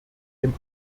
dem